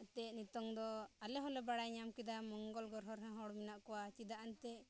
ᱚᱱᱟᱛᱮ ᱱᱤᱛᱚᱝ ᱫᱚ ᱟᱞᱮ ᱦᱚᱸᱞᱮ ᱵᱟᱲᱟᱭ ᱧᱟᱢ ᱠᱮᱫᱟ ᱢᱚᱝᱜᱚᱞ ᱜᱨᱚᱦᱚ ᱨᱮᱦᱚᱸ ᱦᱚᱲ ᱢᱮᱱᱟᱜ ᱠᱚᱣᱟ ᱪᱮᱫᱟᱜ ᱮᱱᱛᱮᱫ